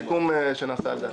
זה סיכום שנעשה על דעתנו.